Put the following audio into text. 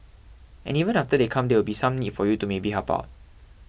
and even after they come there will be some need for you to maybe help out